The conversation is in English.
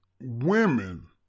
women